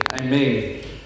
Amen